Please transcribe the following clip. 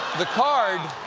the card,